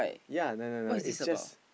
ya I know I know I know it's just